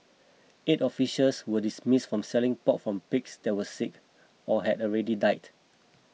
eight officials were dismissed from selling pork from pigs that were sick or had already died